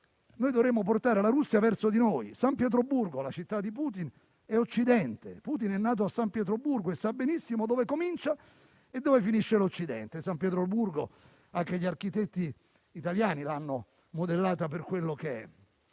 come dovremmo portare la Russia verso di noi: San Pietroburgo, la città di Putin, è Occidente; Putin è nato a San Pietroburgo e sa benissimo dove comincia e dove finisce l'Occidente; anche gli architetti italiani l'hanno modellata per quella che è.